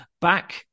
back